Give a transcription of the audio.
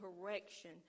correction